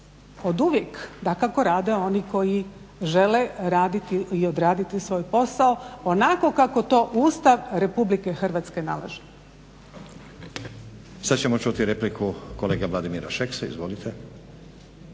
oduvijek, dakako rade oni koji žele raditi i odraditi svoj posao onako kako to Ustav RH nalaže. **Stazić, Nenad (SDP)** Sad ćemo čuti repliku kolege Vladimira Šeksa, izvolite.